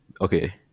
Okay